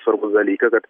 svarbų dalyką kad